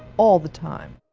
all the time.